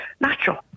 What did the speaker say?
natural